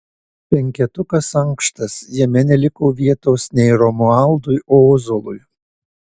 penketukas ankštas jame neliko vietos nei romualdui ozolui